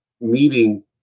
meeting